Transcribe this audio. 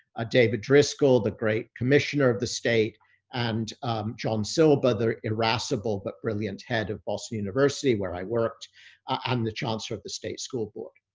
ah david driskell, the great commissioner of the state and john silber, other irascible, but brilliant head of boston university, where i worked on the chancellor of the state school board.